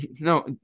No